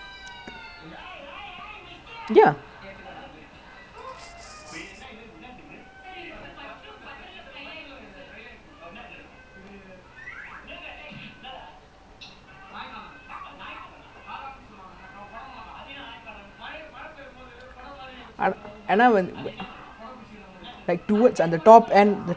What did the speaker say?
actually is such good money lah if you manage to sell you can easily sell like what one in three months or even like one in the [one] in half a year எவ்வளோ பணம் கெடைக்கும்:evvalo panam kedaikkum because you get I think I know like maximum I think you get like zero point one or zero point five to up to two percent and you imagine the house is like ten million is like easily